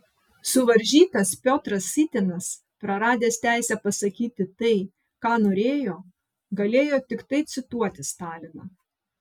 suvaržytas piotras sytinas praradęs teisę pasakyti tai ką norėjo galėjo tiktai cituoti staliną